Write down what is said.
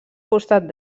costat